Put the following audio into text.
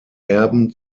erben